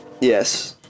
Yes